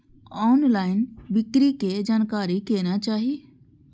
Online बिक्री के जानकारी केना चाही?